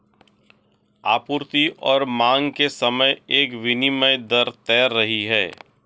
आपूर्ति और मांग के समय एक विनिमय दर तैर रही है